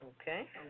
Okay